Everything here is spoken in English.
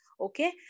Okay